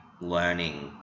learning